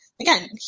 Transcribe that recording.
again